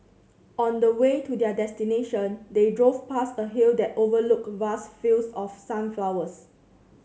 on the way to their destination they drove past a hill that overlooked vast fields of sunflowers